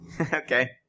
okay